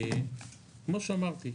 כמו שאמרתי,